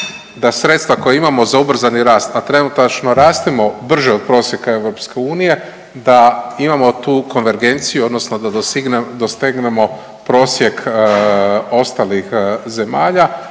da sredstva koja imamo za ubrzani rast, a trenutačno rastemo brže od prosjeka EU da imamo tu konvergenciju odnosno da dostignemo prosjek ostalih zemalja,